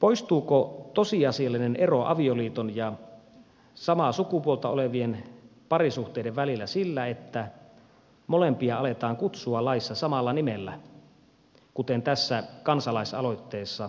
poistuuko tosiasiallinen ero avioliiton ja samaa sukupuolta olevien parisuhteiden välillä sillä että molempia aletaan kutsua laissa samalla nimellä kuten tässä kansalaisaloitteessa nyt esitetään